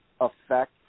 affect